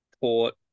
Port